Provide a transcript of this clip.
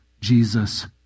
Jesus